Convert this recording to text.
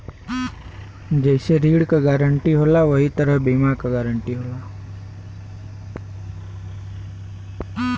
जइसे ऋण के गारंटी होला वही तरह बीमा क गारंटी होला